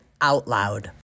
OUTLOUD